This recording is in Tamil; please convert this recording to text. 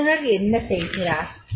பயிற்றுனர் என்ன செய்கிறார்